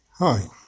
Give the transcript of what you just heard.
Hi